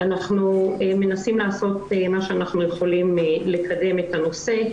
אנחנו מנסים לעשות מה שאנחנו יכולים לקדם את הנושא.